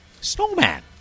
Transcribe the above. Snowman